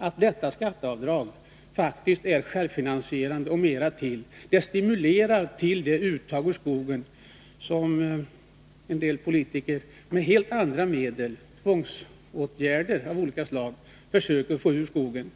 är detta skatteavdrag faktiskt självfinansierande och mer därtill. Det stimulerar till det uttag ur skogen som en del politiker med helt andra medel — tvångsåtgärder av olika slag — försöker få fram.